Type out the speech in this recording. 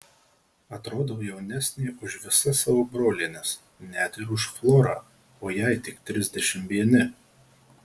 atrodau jaunesnė už visas savo brolienes net ir už florą o jai tik trisdešimt vieni